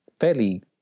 fairly